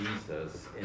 Jesus